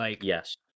Yes